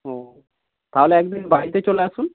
ও তাহলে একদিন বাড়িতে চলে আসুন